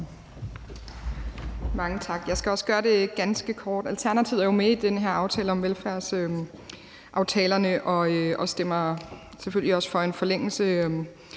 Mange tak. Jeg skal også gøre det ganske kort. Alternativet er jo med i den her aftale om velfærd og stemmer selvfølgelig også for en forlængelse